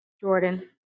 Jordan